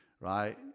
right